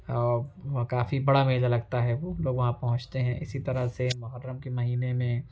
اور وہ کافی بڑا میلا لگتا ہے وہ وہاں پہنچتے ہیں اسی طرح سے محرم کے مہینے میں